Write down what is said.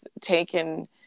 taken